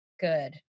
good